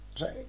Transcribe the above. right